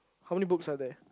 how many books are there